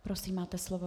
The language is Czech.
Prosím, máte slovo.